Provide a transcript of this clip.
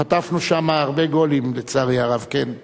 חטפנו שם הרבה גולים, לצערי הרב, כן.